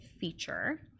feature